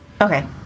okay